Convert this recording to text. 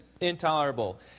intolerable